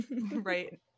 right